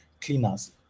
cleaners